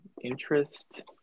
interest